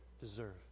deserve